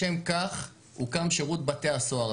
לשם כך הוקם שירות בתי הסוהר,